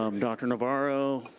um dr. navarro,